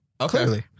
Okay